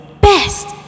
best